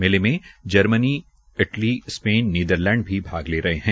मेले में Germany Italy Spain Netherlands भी भाग ले रहे है